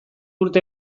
urte